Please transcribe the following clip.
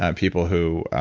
ah people who